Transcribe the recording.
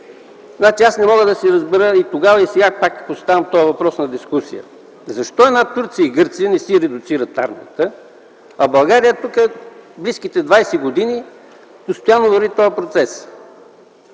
Аз не мога да разбера – и тогава, и сега пак поставям този въпрос на дискусия, защо една Турция или Гърция не си редуцират армията, а в България в близките 20 години постоянно върви този процес?